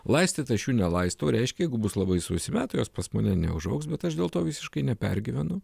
laistyt aš jų nelaistau reiškia jeigu bus labai sausi metai jos pas mane neužaugs bet aš dėl to visiškai nepergyvenu